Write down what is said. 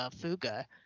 Fuga